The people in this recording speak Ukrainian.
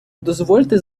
дозвольте